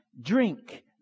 drink